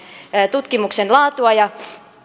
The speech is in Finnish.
tutkimuksen laatua ja